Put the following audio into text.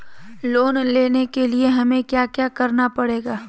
Loan लेने के लिए हमें क्या क्या करना पड़ेगा?